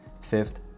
Fifth